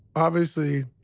obviously,